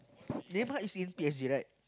Neymar is in P_S_G right